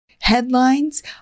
headlines